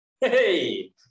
Hey